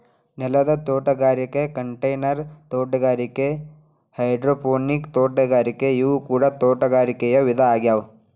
ನೆಲದ ತೋಟಗಾರಿಕೆ ಕಂಟೈನರ್ ತೋಟಗಾರಿಕೆ ಹೈಡ್ರೋಪೋನಿಕ್ ತೋಟಗಾರಿಕೆ ಇವು ಕೂಡ ತೋಟಗಾರಿಕೆ ವಿಧ ಆಗ್ಯಾವ